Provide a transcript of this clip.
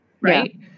right